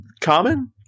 common